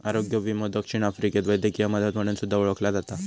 आरोग्य विमो दक्षिण आफ्रिकेत वैद्यकीय मदत म्हणून सुद्धा ओळखला जाता